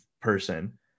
person